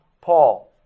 Paul